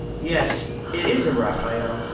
yes, it is a raphael,